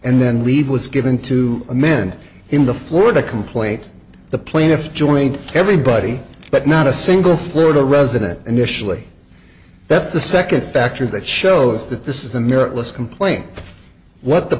and then lead was given to amend in the florida complaint the plaintiff joined everybody but not a single florida resident initially that's the second factor that shows that this is a near it let's complaint what the